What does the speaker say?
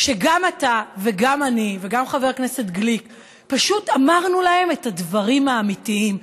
שגם אתה וגם אני וגם חבר הכנסת גליק פשוט אמרנו להם את הדברים האמיתיים,